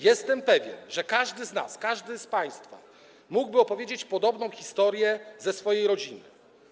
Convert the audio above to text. Jestem pewien, że każdy z nas, każdy z państwa mógłby opowiedzieć podobną historię ze swojej rodziny.